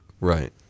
right